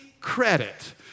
credit